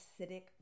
acidic